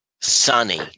sunny